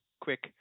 quick